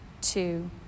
two